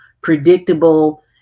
predictable